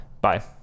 Bye